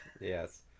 Yes